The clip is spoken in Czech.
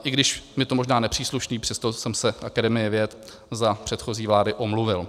I když mi to možná nepřísluší, přesto jsem se Akademii věd za předchozí vlády omluvil.